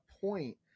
point